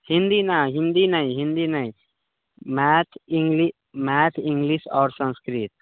हिन्दी नहि हिन्दी नहि हिन्दी नहि मैथ इंग्लिश आओर संस्कृत